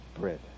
bread